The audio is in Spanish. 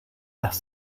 las